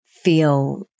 feel